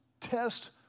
Test